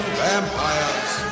vampires